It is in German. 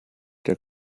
der